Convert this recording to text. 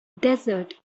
desert